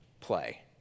play